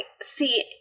see